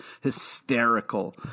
Hysterical